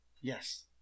Yes